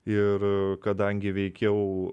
ir kadangi veikiau